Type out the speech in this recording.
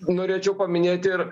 norėčiau paminėti ir